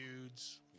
dudes